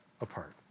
apart